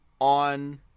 on